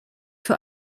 für